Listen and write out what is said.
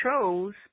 chose